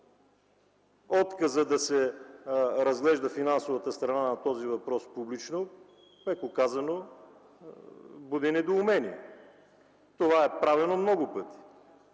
Отказът да се разглежда финансовата страна на този въпрос публично, меко казано, буди недоумение. Това е правено много пъти.